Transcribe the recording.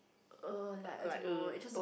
uh like I don't know it just